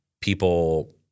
people